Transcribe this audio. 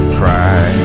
cry